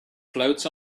floats